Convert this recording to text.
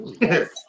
Yes